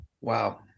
Wow